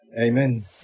Amen